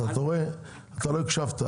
אתה לא הקשבת.